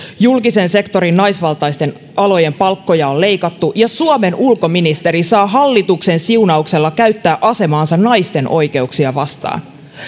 julkisen sektorin naisvaltaisten alojen palkkoja on leikattu ja suomen ulkoministeri saa hallituksen siunauksella käyttää asemaansa naisten oikeuksia vastaan